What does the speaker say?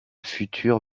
future